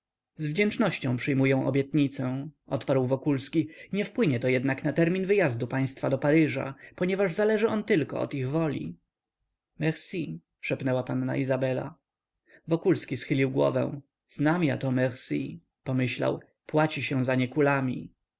z wdzięcznością przyjmuję obietnicę odparł wokulski nie wpłynie to jednak na termin wyjazdu państwa do paryża ponieważ zależy on tylko od ich woli merci szepnęła panna izabela wokulski schylił głowę znam ja to merci pomyślał płaci się za nie